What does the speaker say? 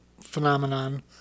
phenomenon